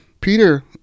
Peter